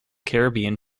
caribbean